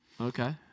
Okay